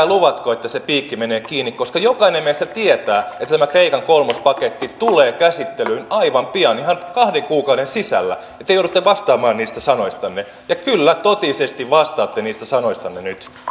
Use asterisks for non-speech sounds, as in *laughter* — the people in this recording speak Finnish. *unintelligible* luvatko että se piikki menee kiinni koska jokainen meistä tietää että tämä kreikan kolmospaketti tulee käsittelyyn aivan pian ihan kahden kuukauden sisällä ja te joudutte vastaamaan niistä sanoistanne ja kyllä totisesti vastaatte niistä sanoistanne